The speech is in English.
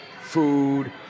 food